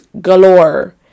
galore